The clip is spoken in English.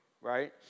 right